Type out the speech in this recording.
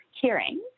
hearing